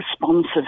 responsive